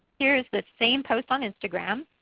here is the same post on instagram.